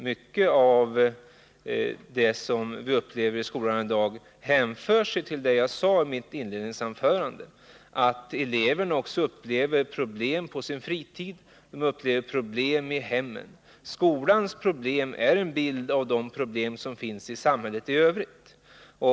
Mycket av det som vi upplever i skolan i dag hänför sig naturligtvis till det som jag talade om i mitt inledningsanförande. Eleven upplever problem på sin fritid och i hemmet. Skolans problem är en bild av de problem som finns i samhället i övrigt.